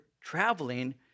traveling